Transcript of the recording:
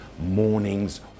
mornings